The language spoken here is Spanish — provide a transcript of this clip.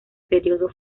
período